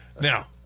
Now